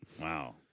Wow